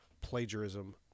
plagiarism